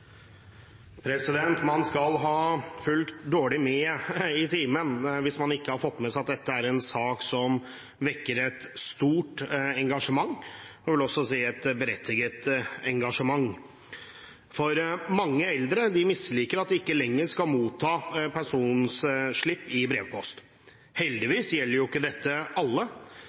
Man skal ha fulgt dårlig med i timen hvis man ikke har fått med seg at dette er en sak som vekker et stort engasjement, og jeg vil også si et berettiget engasjement, for mange eldre misliker at de ikke lenger skal motta pensjonsslipp i brevpost. Heldigvis gjelder ikke dette alle,